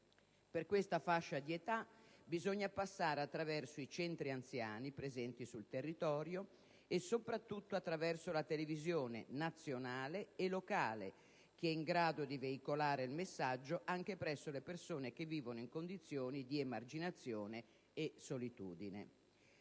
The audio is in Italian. Per questa fascia di età bisogna passare attraverso i centri anziani presenti sul territorio e soprattutto attraverso la televisione nazionale e locale che è in grado di veicolare il messaggio anche presso le persone che vivono in condizione di emarginazione e solitudine.